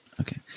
Okay